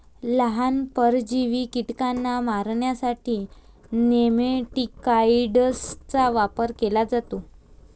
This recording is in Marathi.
लहान, परजीवी कीटकांना मारण्यासाठी नेमॅटिकाइड्सचा वापर केला जातो